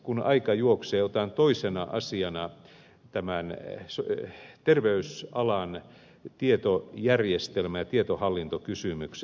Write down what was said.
kun aika juoksee otan toisena asiana esille tämän terveysalan tietojärjestelmä ja tietohallintokysymyksen